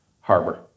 harbor